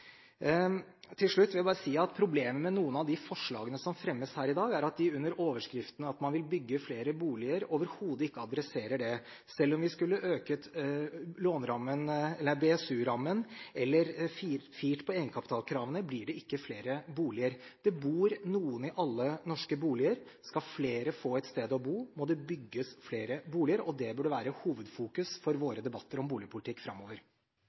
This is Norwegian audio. Til slutt vil jeg bare si at problemet med noen av forslagene som fremmes her i dag, er at de, under overskriften om at man vil bygge flere boliger, overhodet ikke adresserer det. Selv om vi skulle økt BSU-rammen eller firt på egenkapitalkravene, blir det ikke flere boliger. Det bor noen i alle norske boliger. Skal flere få et sted å bo, må det bygges flere boliger, og det burde være hovedfokus for våre debatter om boligpolitikk framover.